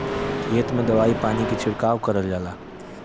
खेत में दवाई पानी के छिड़काव करल जाला